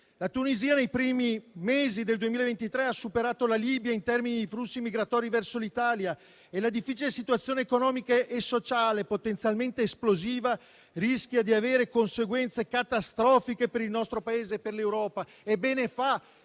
La Tunisia, nei primi mesi del 2023, ha superato la Libia in termini di flussi migratori verso l'Italia e la difficile situazione economica e sociale, potenzialmente esplosiva, rischia di avere conseguenze catastrofiche per il nostro Paese e per l'Europa.